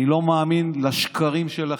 אני לא מאמין לשקרים שלכם,